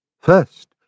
First